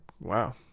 wow